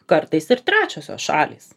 kartais ir trečiosios šalys